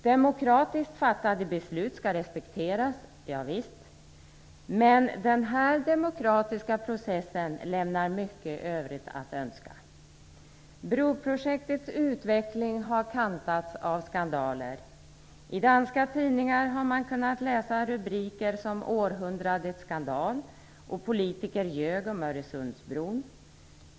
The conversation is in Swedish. Demokratiskt fattade beslut skall respekteras - javisst. Men denna demokratiska process lämnar mycket övrigt att önska. Broprojektets utveckling har kantats av skandaler. I danska tidningar har man kunnat läsa rubriker som Århundradets skandal och Politiker ljög om Öresundsbron.